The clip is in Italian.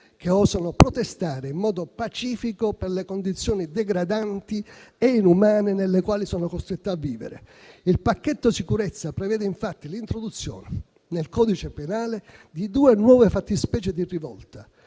che osano protestare in modo pacifico per le condizioni degradanti e inumane nelle quali sono costretti a vivere. Il pacchetto sicurezza prevede, infatti, l'introduzione nel codice penale di due nuove fattispecie di rivolta,